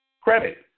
credit